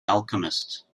alchemist